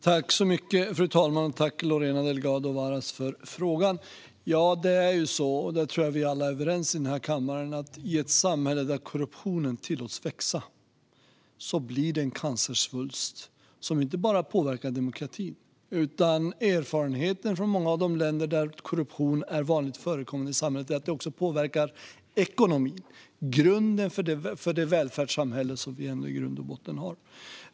Fru talman! Jag tror att vi alla i denna kammare är överens om att det i ett samhälle där korruptionen tillåts växa bildas en cancersvulst. Den påverkar inte bara demokratin, utan erfarenheten från många av de länder där korruption är vanligt förekommande i samhället är att den också påverkar ekonomin - grunden för det välfärdssamhälle vi ändå har.